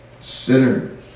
sinners